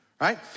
right